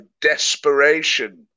desperation